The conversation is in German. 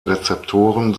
rezeptoren